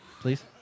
Please